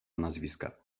nazwiska